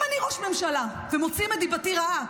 אם אני ראש ממשלה ומוציאים את דיבתי רעה,